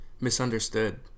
Misunderstood